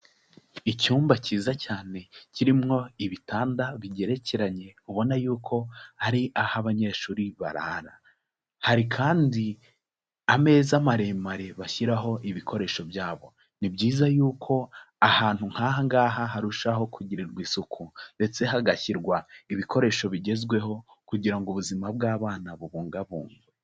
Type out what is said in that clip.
Icyumba cyiza cyane kirimo ibitanda bigerekeranye ubona yuko ari aho abanyeshuri barara, hari kandi ameza maremare bashyiraho ibikoresho byabo, ni byiza yuko ahantu nk'aha ngaha harushaho kugirirwa isuku ndetse hagashyirwa ibikoresho bigezweho kugira ngo ubuzima bw'abana bubungabungwe.